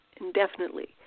indefinitely